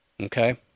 Okay